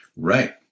Right